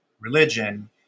religion